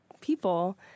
people